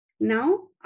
Now